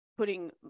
putting